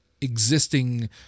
existing